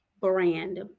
brand